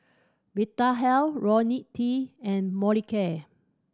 Vitahealth Ronil T and Molicare